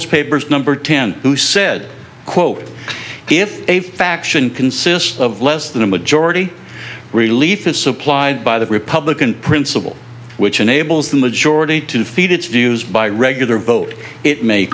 federalist papers number ten who said quote if a faction consists of less than a majority relief is supplied by the republican principle which enables the majority to feed its views by regular vote it may